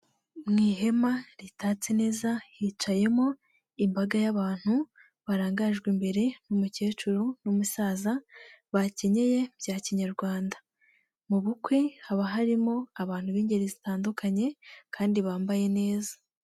Mu ihema ritatse neza hicayemo imbaga y'abantu barangajwe imbere n'umukecuru n'umusaza bakenyeye bya kinyarwanda. Mu bukwe haba harimo abantu b'ingeri zitandukanye kandi bambaye neza.